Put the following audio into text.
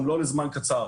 גם לא לזמן קצר.